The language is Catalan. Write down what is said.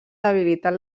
debilitat